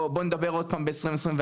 או בואו נדבר בשנת 2024,